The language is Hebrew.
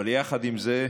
אבל יחד עם זה,